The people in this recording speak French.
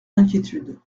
d’inquiétude